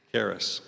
Karis